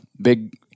big